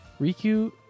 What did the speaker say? Riku